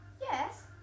Yes